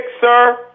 sir